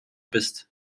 bist